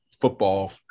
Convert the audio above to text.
football